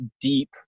deep